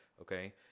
Okay